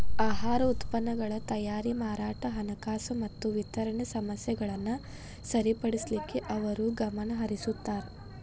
ಆಹಾರ ಉತ್ಪನ್ನಗಳ ತಯಾರಿ ಮಾರಾಟ ಹಣಕಾಸು ಮತ್ತ ವಿತರಣೆ ಸಮಸ್ಯೆಗಳನ್ನ ಸರಿಪಡಿಸಲಿಕ್ಕೆ ಅವರು ಗಮನಹರಿಸುತ್ತಾರ